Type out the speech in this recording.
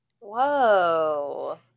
Whoa